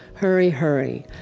hurry, hurry,